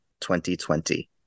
2020